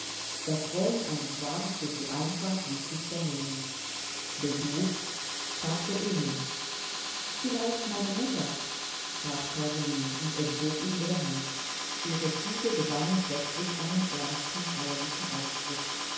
das rollen eines wagens durch die einfahrt ließ sich vernehmen besuch fragte emil vielleicht meine mutter sprach caroline und entzog ihm ihre hand ihre züge gewannen plötzlich einen ernsten feierlichen ausdruck